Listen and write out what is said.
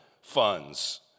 funds